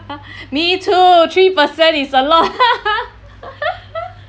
me too three percent is a lot